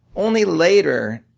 only later,